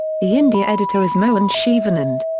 the india editor is mohan sivanand.